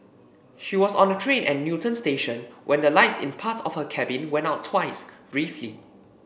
she was on a train at Newton station when the lights in part of her cabin went out twice briefly